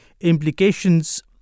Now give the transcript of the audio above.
implications